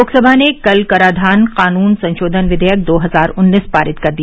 लोकसभा ने कल कराधान कानून संशोधन विधेयक दो हजार उन्नीस पारित कर दिया